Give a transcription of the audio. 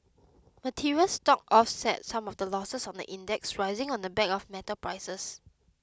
materials stocks offset some of the losses on the index rising on the back of metal prices